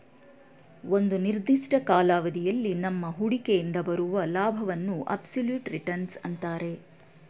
ಒಂದು ನಿರ್ದಿಷ್ಟ ಕಾಲಾವಧಿಯಲ್ಲಿ ನಮ್ಮ ಹೂಡಿಕೆಯಿಂದ ಬರುವ ಲಾಭವನ್ನು ಅಬ್ಸಲ್ಯೂಟ್ ರಿಟರ್ನ್ಸ್ ಅಂತರೆ